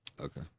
Okay